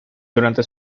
durante